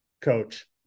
coach